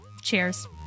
Cheers